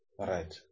Right